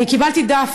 אני קיבלתי דף,